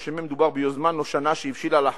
או שמא מדובר ביוזמה נושנה שהבשילה לאחרונה.